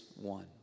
one